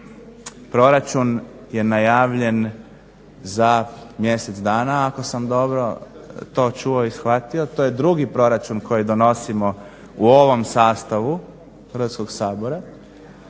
Proračun je najavljen za mjesec dana ako sam dobro to čuo i shvatio, to je drugi proračun koji donosimo u ovom sastavu Hrvatskog sabora